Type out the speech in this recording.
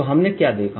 तो हमने क्या देखा